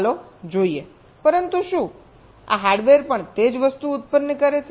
ચાલો જોઈએ પરંતુ શું આ હાર્ડવેર પણ તે જ વસ્તુ ઉત્પન્ન કરે છે